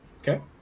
Okay